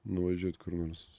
nuvažiuot kur nors